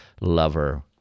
lover